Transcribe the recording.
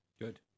Good